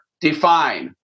define